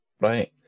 right